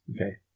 Okay